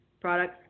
products